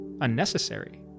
unnecessary